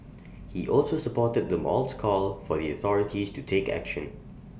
he also supported the mall's call for the authorities to take action